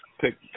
pick